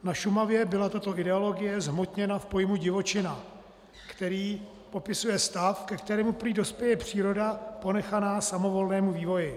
Na Šumavě byla tato ideologie zhmotněna v pojmu divočina, který popisuje stav, ke kterému prý dospěje příroda ponechaná samovolnému vývoji.